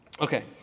okay